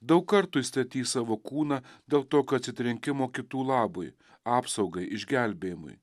daug kartų jis statys savo kūną dėl tokio atsitrenkimo kitų labui apsaugai išgelbėjimui